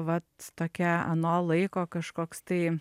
vat tokia ano laiko kažkoks tai